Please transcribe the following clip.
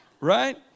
Right